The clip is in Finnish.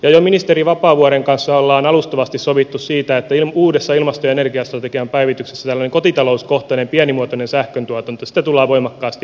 jo ministeri vapaavuoren kanssa on alustavasti sovittu siitä että uudessa ilmasto ja ener giastrategian päivityksessä tällaista kotitalouskohtaista pienimuotoista sähköntuotantoa tullaan voimakkaasti edistämään